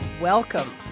welcome